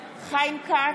כץ,